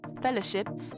fellowship